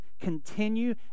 continue